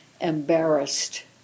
Embarrassed